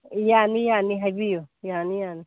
ꯌꯥꯅꯤ ꯌꯥꯅꯤ ꯍꯥꯏꯕꯤꯌꯨ ꯌꯥꯅꯤ ꯌꯥꯅꯤ